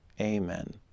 Amen